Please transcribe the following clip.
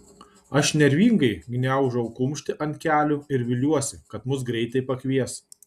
aš nervingai gniaužau kumštį ant kelių ir viliuosi kad mus greitai pakvies